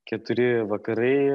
keturi vakarai